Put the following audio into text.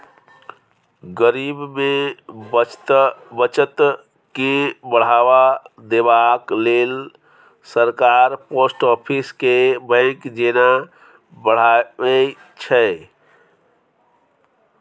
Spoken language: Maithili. गरीब मे बचत केँ बढ़ावा देबाक लेल सरकार पोस्ट आफिस केँ बैंक जेना बढ़ाबै छै